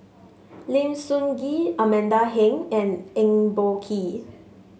Lim Sun Gee Amanda Heng and Eng Boh Kee